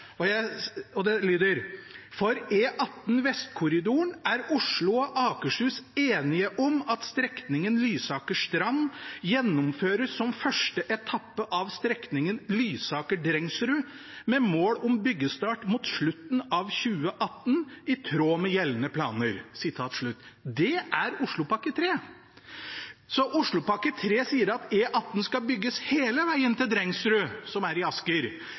lyder: «For E18 Vestkorridoren er Oslo og Akershus enige om at strekningen Lysaker–Strand gjennomføres som 1. etappe av strekningen Lysaker–Drengsrud, med mål om byggestart mot slutten av 2018 i tråd med gjeldende planer.» Det er Oslopakke 3. Så Oslopakke 3 sier at E18 skal bygges hele veien til Drengsrud, som er i Asker.